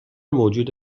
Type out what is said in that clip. موجود